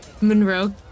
Monroe